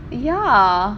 ya